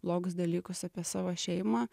blogus dalykus apie savo šeimą